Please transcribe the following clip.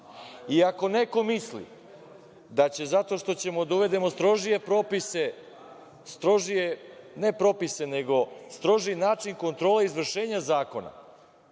I ako neko misli da zato što ćemo da uvedemo strožije propise, ne propisi, nego strožiji način kontrole izvršenja zakona,